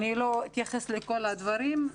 אני לא אתייחס לכל הדברים האחרים.